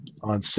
on